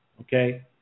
Okay